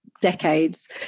decades